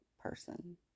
person